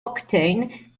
octane